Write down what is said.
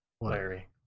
Larry